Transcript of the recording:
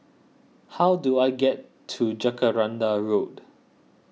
how do I get to Jacaranda Road